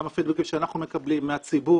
גם הפידבקים שאנחנו מקבלים מהציבור